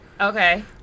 Okay